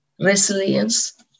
resilience